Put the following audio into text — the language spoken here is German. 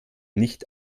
nicht